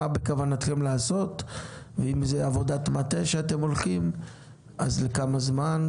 בכוונתכם לעשות ואם זה עבודת מטה שאתם הולכים לעשות אז לכמה זמן.